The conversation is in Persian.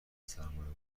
سرمایهگذارها